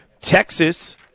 Texas